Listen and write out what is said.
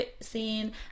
scene